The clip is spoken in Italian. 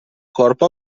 corpo